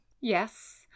yes